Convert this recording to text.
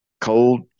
Cold